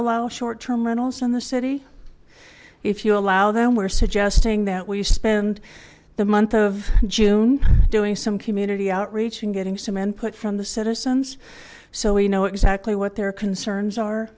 allow short term rentals in the city if you allow them we're suggesting that we spend the month of june doing some community outreach and getting some input from the citizens so we know exactly what their concerns are